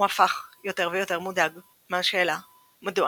הוא הפך יותר ויותר מודאג מהשאלה מדוע